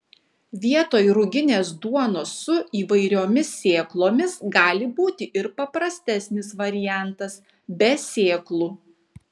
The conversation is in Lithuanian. vietoj ruginės duonos su įvairiomis sėklomis gali būti ir paprastesnis variantas be sėklų